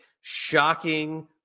shocking